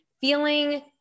feeling